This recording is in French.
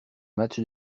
match